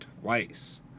twice